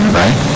right